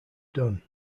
done